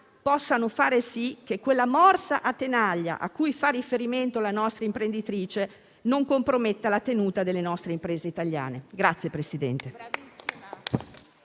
possano fare sì che quella "morsa a tenaglia" a cui faceva riferimento la nostra imprenditrice non comprometta la tenuta delle nostre imprese italiane. Grazie Presidente.